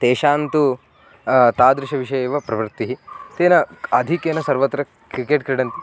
तेषां तु तादृशविषये एव प्रवृत्तिः तेन आधिक्येन सर्वत्र क्रिकेट् क्रीडन्ति